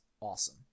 awesome